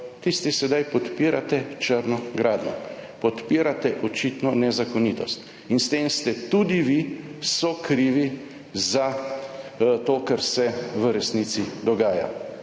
tisti sedaj podpirate črno gradnjo, podpirate očitno nezakonitost in s tem ste tudi vi sokrivi za to, kar se v resnici dogaja,